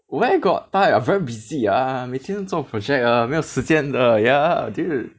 where got time I very busy ah 每天都做 project 的没有时间的 ya dude